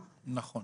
נכון,